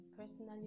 personally